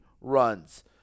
runs